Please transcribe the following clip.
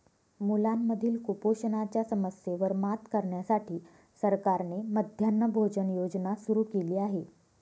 मुलांमधील कुपोषणाच्या समस्येवर मात करण्यासाठी सरकारने मध्यान्ह भोजन योजना सुरू केली आहे